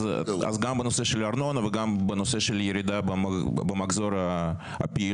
אז גם בנושא של הארנונה וגם בנושא של ירידה במחזור הפעילות,